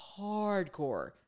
hardcore